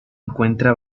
encuentra